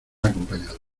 acompañado